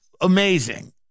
amazing